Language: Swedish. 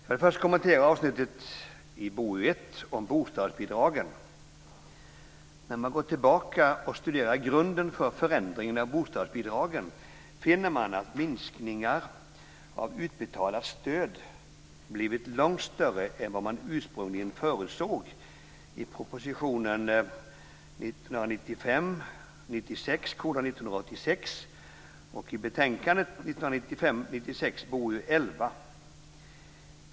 Jag vill först kommentera avsnittet i BoU1 om bostadsbidragen. När man går tillbaka och studerar grunden för förändringen av bostadsbidragen finner man att minskningen av utbetalat stöd blivit långt större än vad man ursprungligen förutsåg i proposition 1995 96:BoU11.